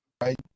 right